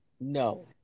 no